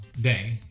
day